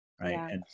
Right